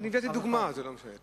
הבאתי דוגמה, זה לא משנה.